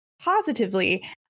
Positively